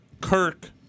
Kirk